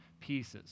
pieces